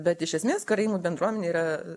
bet iš esmės karaimų bendruomenė yra